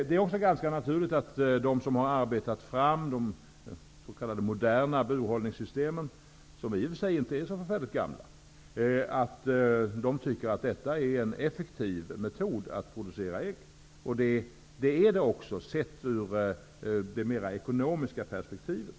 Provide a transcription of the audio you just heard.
Det är också ganska naturligt att de som har arbetat fram de s.k. moderna burhållningssystemen -- som i och för sig inte är så förfärligt gamla -- tycker att dessa system innebär en effektiv metod att producera ägg. Det är det också, sett ur det mera ekonomiska perspektivet.